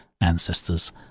Ancestors